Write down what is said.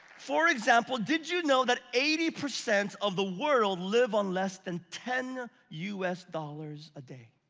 for example, did you know that eighty percent of the world live on less than ten us dollars a day?